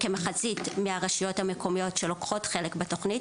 כמחצית מהרשויות המקומיות שלוקחות חלק בתוכנית